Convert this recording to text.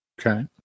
Okay